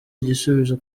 igisubizo